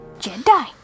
Jedi